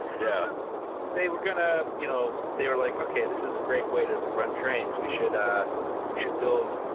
yeah they were gonna, you know they were like, okay, this is a great way to run trains, we should ah we should build,